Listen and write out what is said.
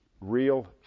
Real